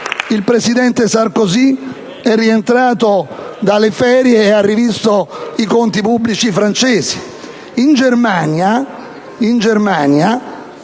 il presidente Sarkozy è rientrato dalle ferie e ha rivisto i conti pubblici francesi. In Germania il PIL nel